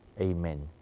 Amen